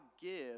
give